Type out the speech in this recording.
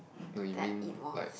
no you mean like